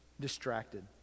distracted